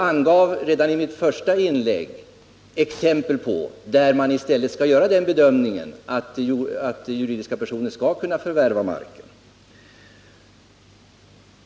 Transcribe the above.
Jag gav redan i mitt första inlägg exempel på fall där man i stället skall göra den bedömningen att juridiska personer skall kunna förvärva marken.